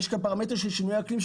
יש פה גם פרמטר של שינויי אקלים,